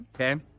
Okay